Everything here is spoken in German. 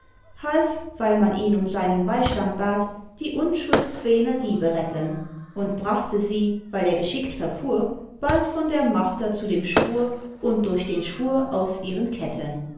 half weil man ihn um seinen beistand bat die unschuld zweener diebe retten und brachte sie weil er geschickt verfuhr bald von der marter zu dem schwur und durch den schwur aus ihren ketten